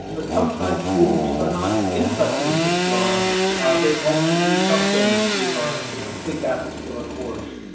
but sometimes students are not interested in withdrawing they'd like to do something to to complete that particular chords